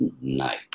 night